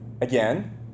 again